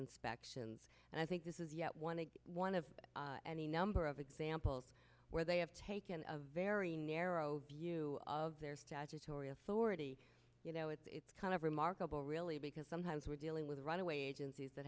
inspections and i think this is yet one one of any number of examples where they have taken a very narrow view of their statutory authority you know it's kind of remarkable really because sometimes we're dealing with runaway agencies that